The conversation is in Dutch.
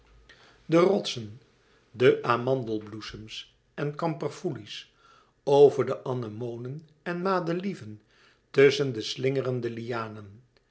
de rotsen de amandelbloesems en kamperfoelies over de anemonen en madelieven tusschen de slingerende lianen